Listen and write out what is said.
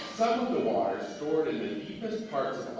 the water stored in the deepest parts